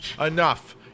Enough